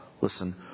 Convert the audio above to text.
Listen